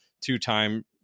two-time